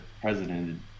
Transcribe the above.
president